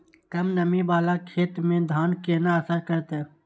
कम नमी वाला खेत में धान केना असर करते?